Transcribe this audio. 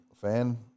fan